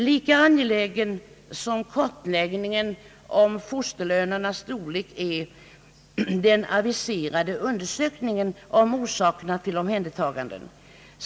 Lika angelägen som kartläggningen av fosterlönernas storlek är den aviserade undersökningen om orsakerna till omhändertagandena.